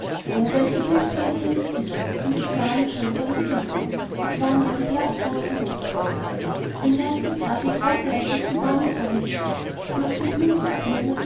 welcher duft war in seinen zimmern und wie klar und schön waren die wände es waren ja die blaßroten rosenblätter den ganzen tag erfreute er sich im warmen sonnenschein flog von blume zu blume